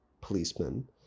policeman